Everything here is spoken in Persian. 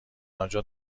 آنجا